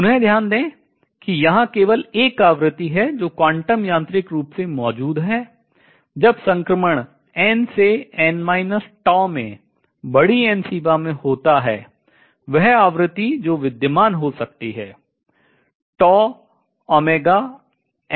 पुनः ध्यान दें कि यहां केवल एक आवृत्ति है जो क्वांटम यांत्रिक रूप से मौजूद है जब संक्रमण से में बड़ी n सीमा में होता है वह आवृत्ति जो विद्यमान हो सकती है है